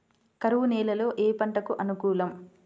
కరువు నేలలో ఏ పంటకు అనుకూలం?